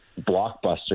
blockbuster